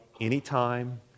anytime